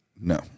No